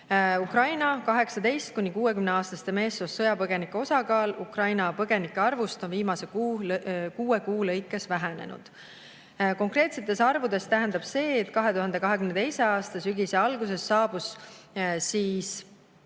Ukraina 18–60‑aastaste meessoost sõjapõgenike osakaal Ukraina põgenike arvus on viimase kuue kuu lõikes vähenenud. Konkreetsetes arvudes tähendab see, et 2022. aasta sügise alguses saabus keskmiselt